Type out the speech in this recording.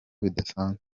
bidasanzwe